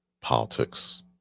politics